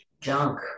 junk